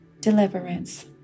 Deliverance